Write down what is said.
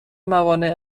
موانع